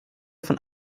von